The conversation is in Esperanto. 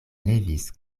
levis